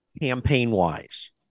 campaign-wise